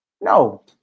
No